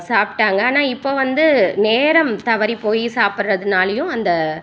சாப்பிட்டாங்க ஆனால் இப்போ வந்து நேரம் தவறி போய் சாப்பிட்றதுனாலியும் அந்த